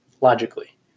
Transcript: logically